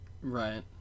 Right